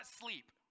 sleep